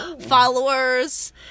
followers